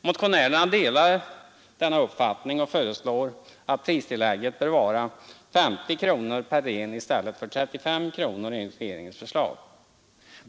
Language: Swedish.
Motionärerna delar denna uppfattning och föreslår att pristillägget skall vara 50 kronor per ren i stället för 35 kronor enligt regeringens förslag.